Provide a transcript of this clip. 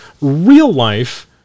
real-life